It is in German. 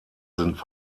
sind